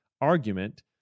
argument